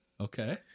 Okay